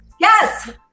Yes